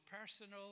personal